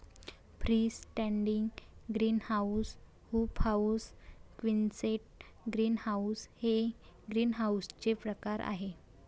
free standing greenhouse, hoop house, quonset greenhouse हे ग्रीनहाऊसचे प्रकार आहे